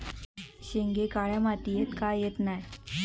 शेंगे काळ्या मातीयेत का येत नाय?